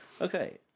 Okay